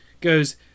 Goes